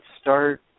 start